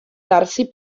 darsi